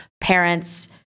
parents